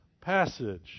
passage